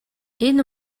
энэ